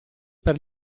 per